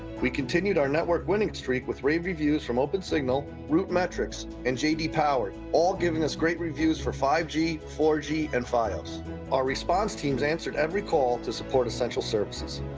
we continued our network winning streak with rave reviews from oepnsignal rootmetrics and j d. power all giving us great reviews for five g, four g and fios our response teams answered every call to support essential services.